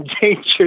danger